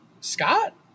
Scott